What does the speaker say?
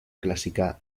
clásica